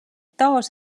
taas